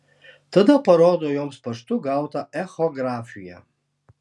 tada parodo joms paštu gautą echografiją